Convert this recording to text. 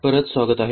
परत स्वागत आहे